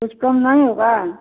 कुछ कम नहीं होगा